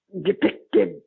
depicted